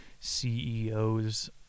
CEOs